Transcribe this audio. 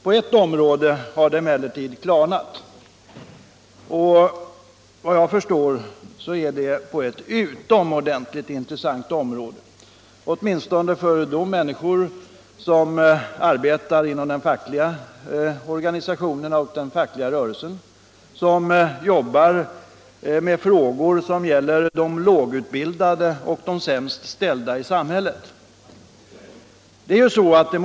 På ett område har det emellertid klarnat, och efter vad jag förstår är det ett utomordentligt intressant område — åtminstone för de människor som arbetar inom den fackliga rörelsen och jobbar med frågor som gäller de lågutbildade och de sämst ställda i vårt samhälle.